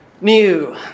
new